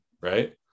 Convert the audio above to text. right